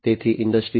તેથી ઇન્ડસ્ટ્રી 4